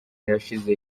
irashize